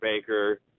Baker